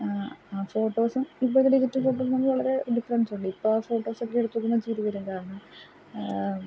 ആ ഫോട്ടോസും ഇപ്പോഴത്തെ ഡിജിറ്റൽ പ്രിൻ്റും തമ്മിൽ വളരെ ഡിഫറൻസുണ്ട് ഇപ്പോൾ ആ ഫോട്ടോസൊക്കെ എടുത്ത് നോക്കുമ്പം ചിരി വരും കാരണം